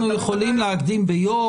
אנחנו יכולים להקדים ביום,